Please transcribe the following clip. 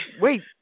Wait